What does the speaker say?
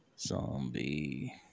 Zombie